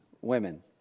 women